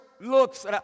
looks